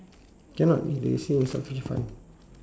cannot they say insufficient fund